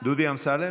דודי אמסלם?